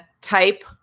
type